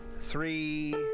three